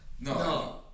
no